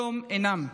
פתאום אינם,